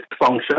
function